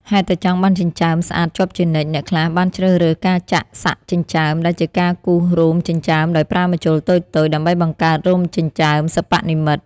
ហេតុតែចង់បានចិញ្ចើមស្អាតជាប់ជានិច្ច អ្នកខ្លះបានជ្រើសរើសការចាក់សាក់ចិញ្ចើម ដែលជាការគូររោមចិញ្ចើមដោយប្រើម្ជុលតូចៗ ដើម្បីបង្កើតរោមចិញ្ចើមសិប្បនិម្មិត។